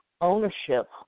ownership